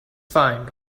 fine